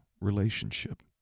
relationship